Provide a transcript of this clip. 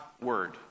word